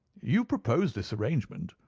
you proposed this arrangement,